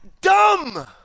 Dumb